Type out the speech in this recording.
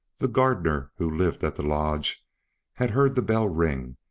the gardener who lived at the lodge had heard the bell ring,